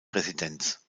residenz